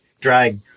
drag